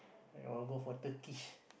and all go for Turkish